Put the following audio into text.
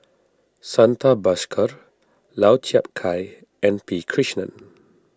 Santha Bhaskar Lau Chiap Khai and P Krishnan